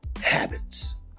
habits